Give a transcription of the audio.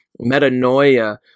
metanoia